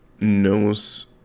knows